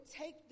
take